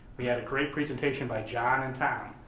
we had a great presentation by john and tom.